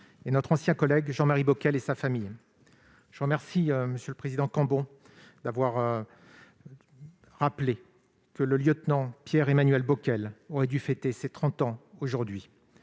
et ancien collègue Jean-Marie Bockel, ainsi que pour sa famille. Je remercie M. le président Cambon d'avoir rappelé que le lieutenant Pierre-Emmanuel Bockel aurait dû fêter ses trente ans aujourd'hui.